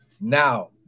Now